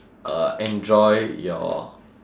uh enjoy your